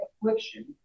affliction